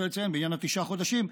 אני רק רוצה לציין בעניין התשעה חודשים,